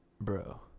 bro